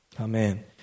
Amen